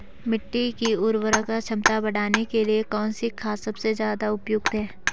मिट्टी की उर्वरा क्षमता बढ़ाने के लिए कौन सी खाद सबसे ज़्यादा उपयुक्त है?